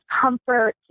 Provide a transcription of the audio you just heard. comfort